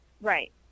Right